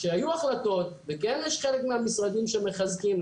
שהיו החלטות וכן יש חלק מהמשרדים שמחזקים.